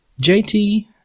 JT